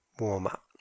warm-up